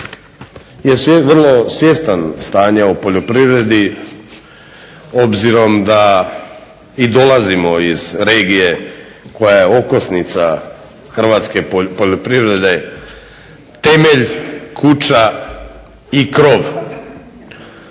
je vrlo svjestan stanja u poljoprivredi obzirom da i dolazimo iz regije koja je okosnica hrvatske poljoprivrede temelj, kuća i krov.